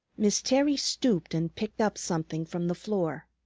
miss terry stooped and picked up something from the floor.